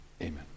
Amen